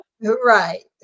Right